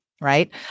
right